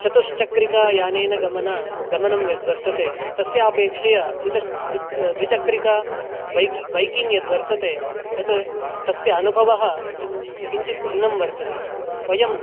चतुश्चक्रिकायनेन गमनं गमनं यद्वर्तते तस्यापेक्षया द्विश द्विचक्रिका बैकि बैकिङ्ग् यत् वर्तत तत् तस्य अनुभवः किञ्चित् भिन्नं वर्तते वयं